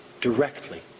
directly